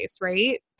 right